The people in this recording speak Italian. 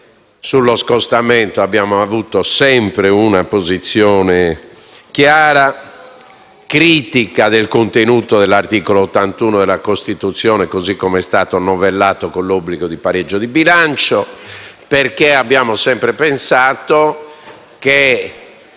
Sullo scostamento abbiamo avuto sempre una posizione chiara, critica del contenuto dell'articolo 81 della Costituzione (così com'è stato novellato, con l'obbligo di pareggio di bilancio), perché abbiamo sempre pensato che